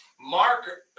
Mark